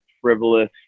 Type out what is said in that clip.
frivolous